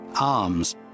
Arms